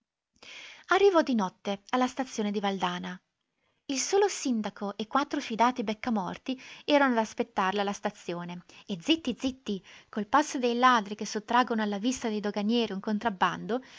arrivò di notte alla stazione di valdana il solo sindaco e quattro fidati beccamorti erano ad aspettarla alla stazione e zitti zitti col passo dei ladri che sottraggono alla vista dei doganieri un contrabbando